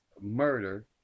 murder